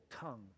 tongue